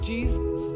Jesus